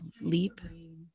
leap